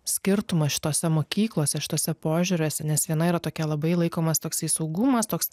skirtumas šitose mokyklose šituose požiūriuose nes viena yra tokia labai laikomas toksai saugumas toks